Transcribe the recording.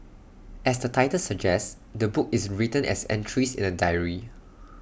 as the title suggests the book is written as entries in A diary